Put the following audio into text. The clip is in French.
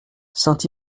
saint